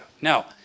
Now